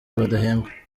badahembwa